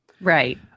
Right